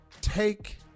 Take